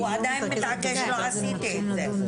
הוא עדיין מתעקש שהוא לא עשה את זה.